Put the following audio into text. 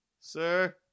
Sir